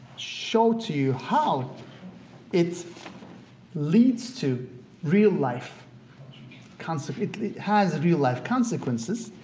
show to you how it leads to real life kind of it it has real life consequences,